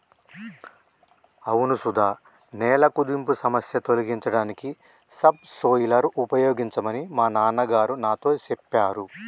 అవును సుధ నేల కుదింపు సమస్య తొలగించడానికి సబ్ సోయిలర్ ఉపయోగించమని మా నాన్న గారు నాతో సెప్పారు